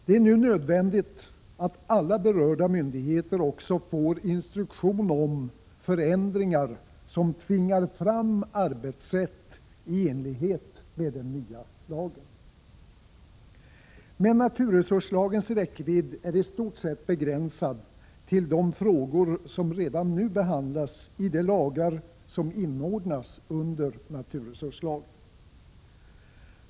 Det är nu nödvändigt att alla berörda myndigheter också får instruktion om förändringar som tvingar fram arbetssätt i enlighet med den nya lagen. Men naturresurslagens räckvidd är i stort sett begränsad till de frågor som redan nu behandlas i de lagar som inordnas under naturresurslagen.